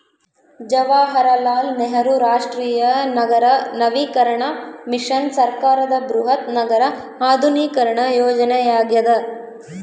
ಜವಾಹರಲಾಲ್ ನೆಹರು ರಾಷ್ಟ್ರೀಯ ನಗರ ನವೀಕರಣ ಮಿಷನ್ ಸರ್ಕಾರದ ಬೃಹತ್ ನಗರ ಆಧುನೀಕರಣ ಯೋಜನೆಯಾಗ್ಯದ